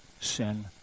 sin